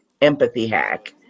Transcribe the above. empathyhack